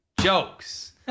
jokes